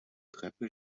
treppe